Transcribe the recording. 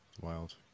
Wild